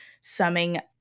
summing